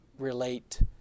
relate